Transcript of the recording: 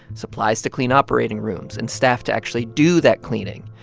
supplies to clean operating rooms and staff to actually do that cleaning.